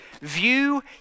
view